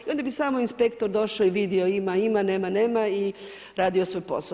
I onda bi samo inspektor došao i vidio ima, ima, nema, nema i radio svoj posao.